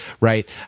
right